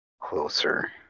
closer